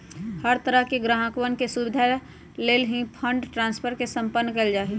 हर तरह से ग्राहकवन के सुविधा लाल ही फंड ट्रांस्फर के सम्पन्न कइल जा हई